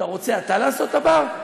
רוצה אתה לעשות את הבר?